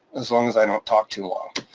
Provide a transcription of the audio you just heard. as long as i don't talk too long.